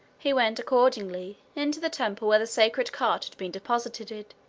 he went, accordingly, into the temple where the sacred cart had been deposited,